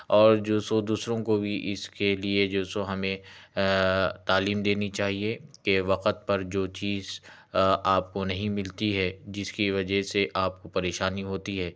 اور جو سو دوسروں کو بھی اس کے لیے جو سو ہمیں تعلیم دینی چاہیے کہ وقت پر جو چیز آپ کو نہیں ملتی ہے جس کی وجہ سے آپ کو پریشانی ہوتی ہے